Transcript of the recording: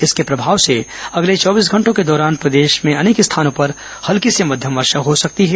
इसके प्रभाव से अगले चौबीस घंटों के दौरान प्रदेश में अनेक स्थानों पर हल्की से मध्यम वर्षा हो सकती है